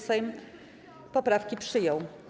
Sejm poprawki przyjął.